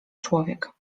człowiek